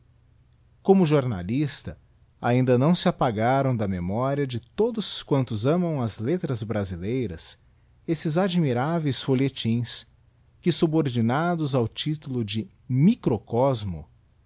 como jornalista ainda não se apagaram da memoria de todos quantos amam as letras brasileiras esses admiráveis folhetins que subordinados ao titulo de microcosmo